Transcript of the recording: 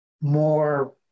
more